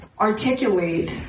articulate